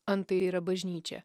antai yra bažnyčia